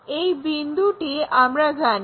এই বিন্দুটি আমরা জানি